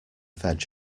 veg